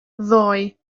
ddoi